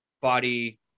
body